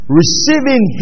receiving